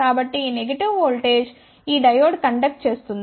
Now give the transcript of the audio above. కాబట్టి ఈ negative voltage ఈ డయోడ్ కండక్ట్ చేస్తుంది